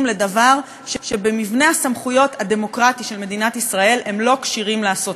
לדבר שבמבנה הסמכויות הדמוקרטי של מדינת ישראל הם לא כשירים לעשות.